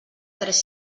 tres